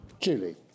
Julie